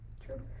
True